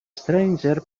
stranger